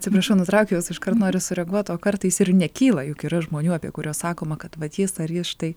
atsiprašau nutraukiau jus iškart noriu sureaguot o kartais ir nekyla juk yra žmonių apie kuriuos sakoma kad vat jis ar jis štai